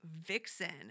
vixen